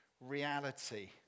reality